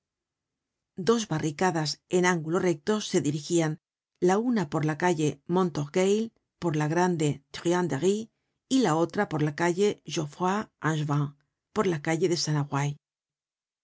dos barricadas en ángulo recto se dirigian la una por la calle montorgueil por la grande truanderie y la otra por la calle geoffroyangevin por la calle de